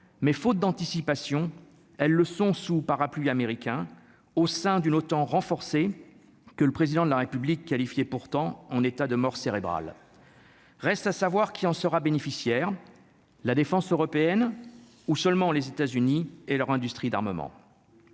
mais faute d'anticipation, elles le sont sous parapluie américain au sein d'une OTAN renforcée que le président de la République qualifiée pourtant en état de mort cérébrale, reste à savoir qui en sera bénéficiaire, la défense européenne ou seulement les États-Unis et leur industrie d'armement